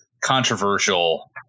controversial